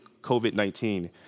COVID-19